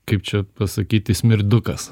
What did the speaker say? kaip čia pasakyti smirdukas